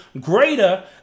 greater